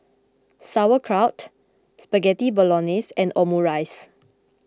Sauerkraut Spaghetti Bolognese and Omurice